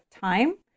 time